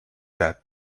that